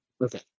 Okay